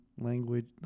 language